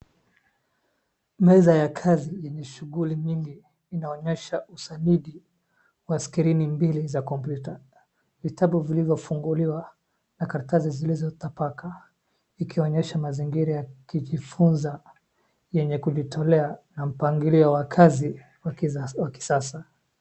Meza ya kazi yenye shughuli nyingi, inaonyesha usadidi, wa screen mbili za computer , vitabu vilivyofunguliwa, na karatasi zilizotapakaa, ikionyesha mazingira ya kujifunza yenye kujitolea, na mpangilio wa kazi wa kisasa.